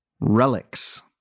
Relics